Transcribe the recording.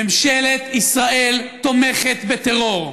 ממשלת ישראל תומכת בטרור.